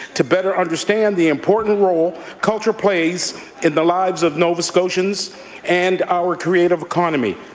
to better understand the important role culture plays in the lives of nova scotians and our creative economy.